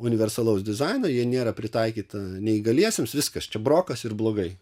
universalaus dizaino jei nėra pritaikyta neįgaliesiems viskas čia brokas ir blogai